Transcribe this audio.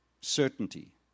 certainty